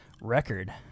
record